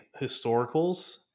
historicals